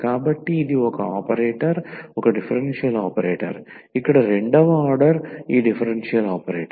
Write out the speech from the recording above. కాబట్టి ఇది ఆపరేటర్ ఒక డిఫరెన్షియల్ ఆపరేటర్ ఇక్కడ రెండవ ఆర్డర్ ఈ డిఫరెన్షియల్ ఆపరేటర్